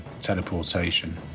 teleportation